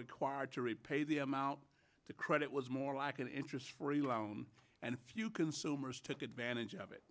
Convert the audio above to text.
required to repay the amount to credit was more like an interest free loan and a few consumers took advantage of it